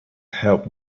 help